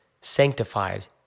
sanctified